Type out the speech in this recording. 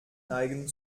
neigen